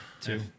Two